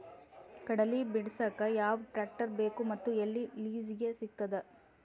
ಕಡಲಿ ಬಿಡಸಕ್ ಯಾವ ಟ್ರ್ಯಾಕ್ಟರ್ ಬೇಕು ಮತ್ತು ಎಲ್ಲಿ ಲಿಜೀಗ ಸಿಗತದ?